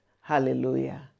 hallelujah